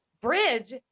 bridge